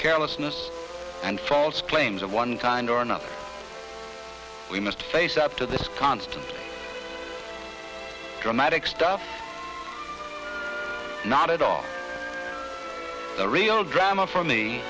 carelessness and false claims of one kind or another we must face up to this constant dramatic stuff not at all the real drama for me